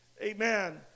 Amen